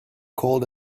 cold